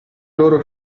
loro